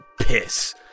piss